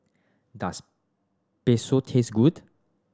does Bakso taste good